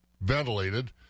ventilated